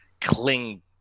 cling